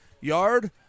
yard